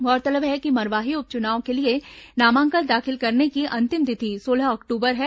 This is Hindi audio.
गौरतलब है कि मरवाही उपचुनाव के लिए नामांकन दाखिल करने की अंतिम तिथि सोलह अक्टूबर है